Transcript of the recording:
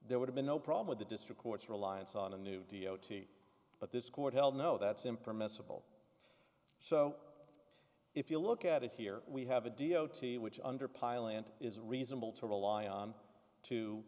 there would have been no problem with the district court's reliance on a new d o t but this court held no that's impermissible so if you look at it here we have a d o t which under pile and is reasonable to rely on to